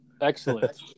Excellent